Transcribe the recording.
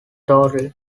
total